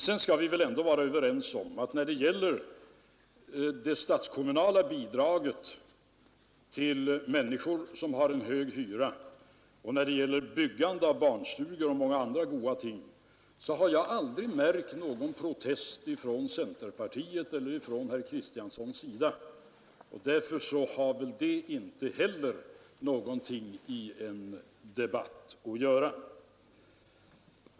Sedan bör vi väl ändå vara överens om att jag när det gäller det statskommunala bidraget till människor som har hög hyra och när det gäller byggande av barnstugor och andra goda ting aldrig har märkt någon protest från centerpartiet eller herr Kristiansson. Därför har väl de frågorna inte någonting i en debatt att göra.